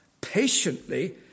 patiently